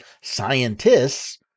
scientists